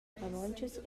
romontschas